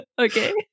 Okay